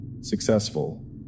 Successful